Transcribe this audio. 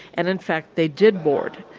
and in fact they did board,